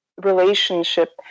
relationship